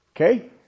Okay